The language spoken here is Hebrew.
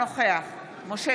אינו נוכח משה